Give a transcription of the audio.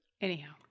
anyhow